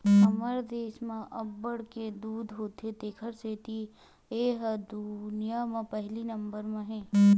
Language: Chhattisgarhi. हमर देस म अब्बड़ के दूद होथे तेखर सेती ए ह दुनिया म पहिली नंबर म हे